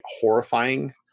horrifying